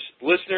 listeners